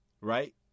right